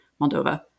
Moldova